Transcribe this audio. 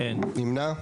מי נמנע?